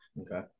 Okay